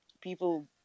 people